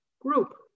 group